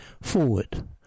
Forward